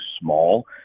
small